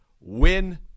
Win